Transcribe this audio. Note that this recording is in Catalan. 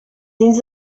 dins